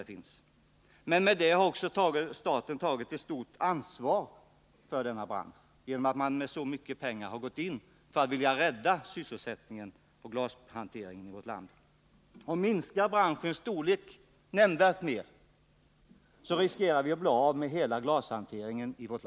Eftersom staten gått in med så mycket pengar för denna bransch har den dock även tagit ett stort ansvar för den. Man har därmed velat rädda sysselsättningen och glashanteringen i vårt land. Minskas branschens storlek nämnvärt mera, riskerar vi att bli av med hela glashanteringen i landet.